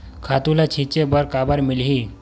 खातु ल छिंचे बर काबर मिलही?